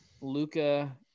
Luca